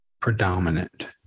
predominant